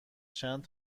چند